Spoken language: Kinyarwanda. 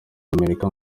amerika